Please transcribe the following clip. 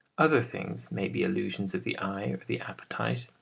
other things may be illusions of the eye or the appetite,